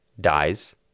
dies